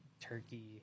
turkey